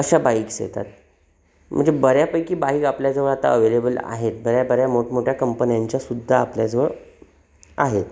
अशा बाईक्स येतात म्हणजे बऱ्यापैकी बाईक आपल्याजवळ आता अवेलेबल आहेत बऱ्या बऱ्या मोठमोठ्या कंपन्यांच्यासुद्धा आपल्याजवळ आहेत